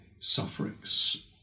sufferings